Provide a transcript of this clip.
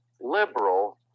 liberal